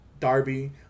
Darby